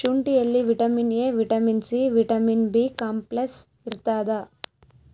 ಶುಂಠಿಯಲ್ಲಿ vitamin A vitamin C vitamin B complex ಇರ್ತಾದ